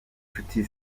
nshuti